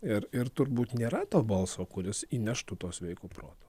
ir ir turbūt nėra to balso kuris įneštų to sveiko proto